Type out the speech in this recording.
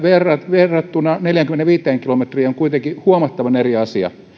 verrattuna neljäänkymmeneenviiteen kilometriin on kuitenkin huomattavan eri asia